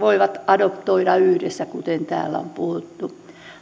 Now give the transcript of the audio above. voivat adoptoida yhdessä kuten täällä on puhuttu